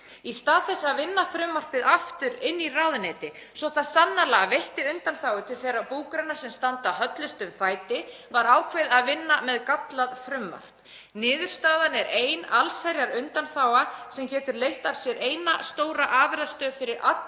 Í stað þess að vinna frumvarpið aftur inni í ráðuneyti svo það veitti sannarlega undanþágu til þeirra búgreina sem standa höllustum fæti var ákveðið að vinna með gallað frumvarp. Niðurstaðan er ein allsherjarundanþága sem getur leitt af sér eina stóra afurðastöð fyrir alla